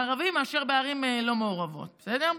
הערבים, מאשר בערים לא מעורבות, בסדר?